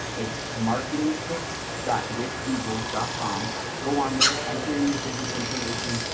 it's marketing kit dot with google dot com go on there. enter in your business information.